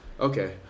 Okay